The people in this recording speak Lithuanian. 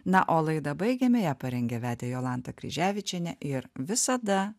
na o laidą baigėme ją parengė vedė jolanta kryževičienė ir visada